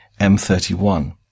M31